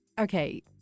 okay